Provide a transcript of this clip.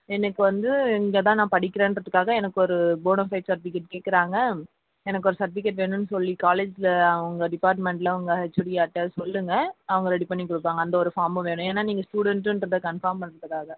எனக்கு வந்து இங்கே தான் நான் படிக்கிறேன்ட்றதுக்காக எனக்கு ஒரு போனோஃபைட் செர்டிபிகேட் கேட்குறாங்க எனக்கு ஒரு செர்டிபிகேட் வேணுன்னு சொல்லி காலேஜில் அவங்க டிபார்ட்மெண்டில் உங்கள் ஹெச்ஓடி யார்டையாச்சும் சொல்லுங்கள் அவங்க ரெடி பண்ணி கொடுப்பாங்க அந்த ஒரு ஃபார்ம்மு வேணும் ஏன்னா நீங்கள் ஸ்டுடென்ட்டுன்றதை கன்ஃபார்ம் பண்ணுறதுக்காக